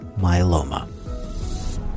myeloma